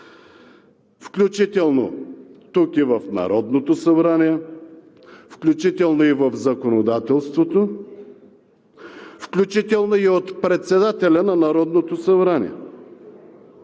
включително тук и в Народното събрание, включително и в законодателството, включително и от председателя на Народното събрание.